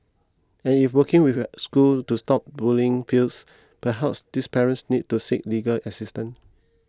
and if working with the school to stop bullying fails perhaps these parents need to seek legal assistance